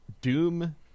Doom